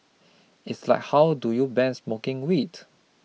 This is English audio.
it's like how do you ban smoking weed